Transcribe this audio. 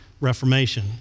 Reformation